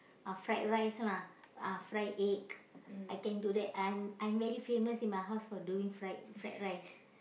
uh fried-rice lah uh fried egg I can do that I'm I'm very famous in my house for doing fried fried-rice